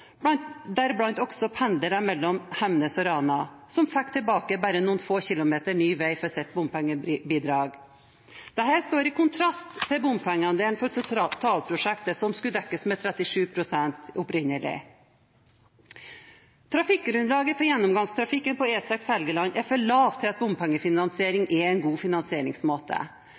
også pendlere mellom Hemnes og Rana, som fikk tilbake bare noen få kilometer ny vei for sitt bompengebidrag. Dette står i kontrast til bompengeandelen for totalprosjektet, som opprinnelig skulle dekkes med 37 pst. Trafikkgrunnlaget for gjennomgangstrafikken på E6 Helgeland er for lavt til at bompengefinansiering er en god finansieringsmåte.